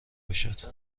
باشد